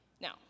Now